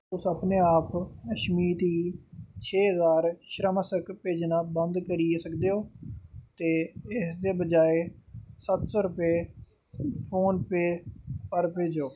क्या तुस अपने आप अशमीत गी छे ज्हार त्रैमासक भेजना बंद करी सकदे ओ ते इसदे बजाए सत्त सौ फोन पे पर भेजो